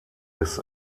des